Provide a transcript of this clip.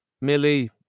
Millie